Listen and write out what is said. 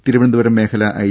തിരുവനന്തപുരം മേഖലാ ഐ